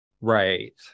Right